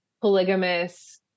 polygamous